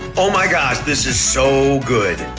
oh my gosh, this is so good.